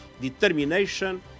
determination